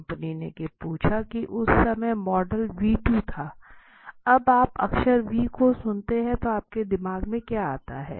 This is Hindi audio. कंपनी ने पूछा कि उस समय मॉडल v2 था जब आप अक्षर v को सुनते हैं तो आपके दिमाग में क्या आता है